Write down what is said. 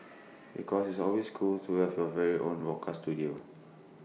because it's always cool to have your very own broadcast Studio